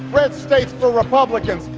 red states for republicans,